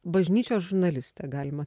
bažnyčios žurnalistė galima